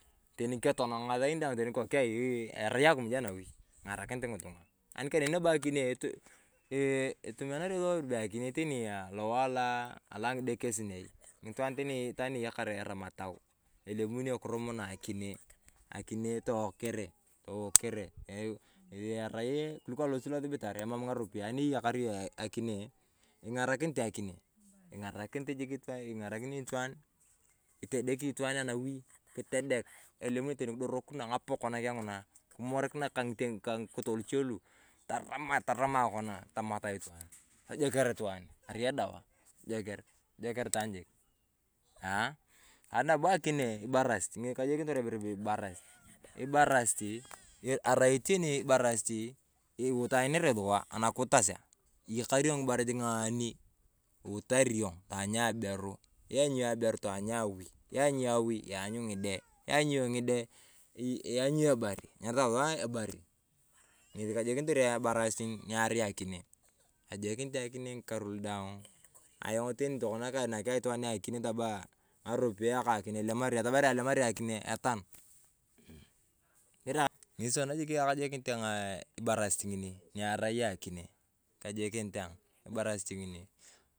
Teni ketona ng’asain daang teni kikokai arai akimuj anawi, ing’arakinit ng’itung’a. Ani nabo kaneni akinee, eeh etumianario sua ibere be akinee alowae alo ang’idekesinei. Itwaan teni itwaan ni eyakare erama tau, elemunio kirumanae akinee, akinee towakiree towakiree ng’esi arai alosi losobar emam ng’aropiyae ani eyakar yong akinee, ing’arakinit akinee, ing’arakinit jik itwaan, itedeki itwaan anawi, kitedek elemonio teni kidorokino ng’apoko nakeng ng'una, kimorikinae kaa ng’ikitoo luche lu, taramae taramae kona tamat itwaan. Tojeker itwaan arai edawa, tojeker itwaan arai edawa, tojeker tojeker itwaan jik aah anibo akinee ibarasit ng’esi kajokinitor ayong ibere be ibasarit. Ibasariti arai teni ibarasiti lutanare sua anakutasia. Iyakar yong ngibare ng’adi lutari yong, taany aberu. Anyany yong aberu, taany awi, iyany yong awi, ayany ng’ide, ayany yong ng’ide, iyany yong ebari enyarita sua ebari. Ng’esi kajokinitor ayong ibarasit ni arai akinee, kajokinit ayong akinee ng’ikar daang. Ayong teni tokona kainaki itwaah akinee tamaa ng'aropiyae nu kaa akinee, atamari ayong alemari akinee etaan. Ng'esi tokona kajokinit ayong ibarasit ng’ini ni arai akinee. Ng'esi kajokinit ayong ibarasit ng'ini.